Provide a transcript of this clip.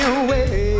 away